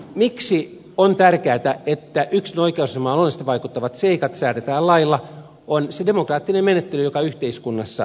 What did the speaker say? miksi on tärkeätä että yksilön oikeusasemaan luonnollisesti vaikuttavat seikat säädetään lailla on se demokraattinen menettely joka yhteiskunnassa on